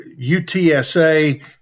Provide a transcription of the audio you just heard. UTSA